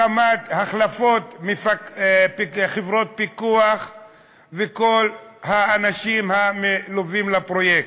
אם בהקמת חברות פיקוח ואם בכל האנשים הנלווים לפרויקט.